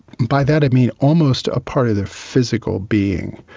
by that i mean almost a part of their physical being.